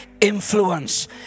Influence